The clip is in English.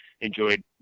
enjoyed